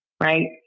right